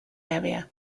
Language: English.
area